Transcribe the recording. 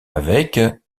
avec